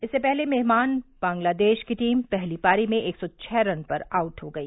इससे पहले मेहमान बांग्लादेश की टीम पहली पारी में एक सौ छः रन पर आउट हो गई